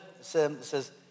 says